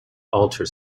alter